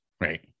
Right